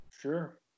Sure